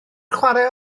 chwarae